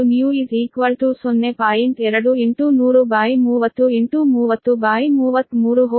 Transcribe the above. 2 10030 30332 ಅದು ಏನೇ ಇರಲಿ ಅದು 0